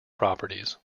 properties